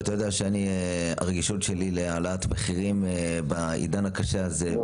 ואתה יודע שאני הרגישות שלי להעלאת מחירים בעידן הקשה הזה,